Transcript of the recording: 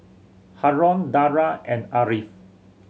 Haron Dara and Ariff